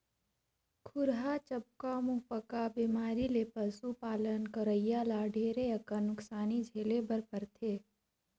खुरहा चपका, मुहंपका बेमारी ले पसु पालन करोइया ल ढेरे अकन नुकसानी झेले बर परथे